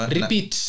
Repeat